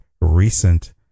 recent